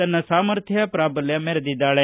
ತನ್ನ ಸಾಮರ್ಥ್ಯ ಪ್ರಾಬಲ್ಯ ಮೆರೆದಿದ್ದಾಳೆ